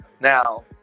Now